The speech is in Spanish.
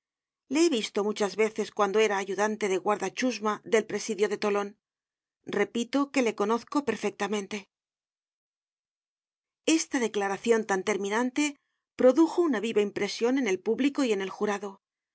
le he visto muchas veces cuan do era ayudante de guarda chusma del presidio de tolon repito que le conozco perfectamente content from google book search generated at esta declaracion tan terminante produjo una viva impresion en el público y en el jurado